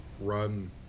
run